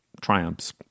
triumphs